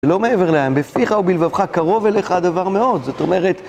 לא מעבר לים, בפיך ובלבבך, קרוב אליך הדבר מאוד, זאת אומרת...